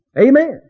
Amen